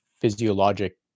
physiologic